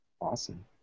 Awesome